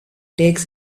takes